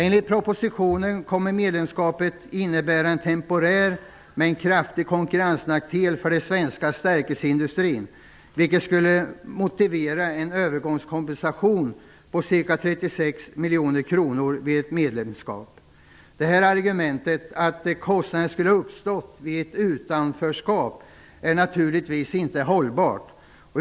Enligt propositionen kommer medlemskapet att innebära en temporär men kraftig konkurrensnackdel för den svenska stärkelseindustrin, vilket skulle motivera en övergångskompensation på ca 36 miljoner kronor vid ett medlemskap. Argumentet att kostnaden skulle ha uppstått vid ett utanförskap är naturligtvis inte hållbart.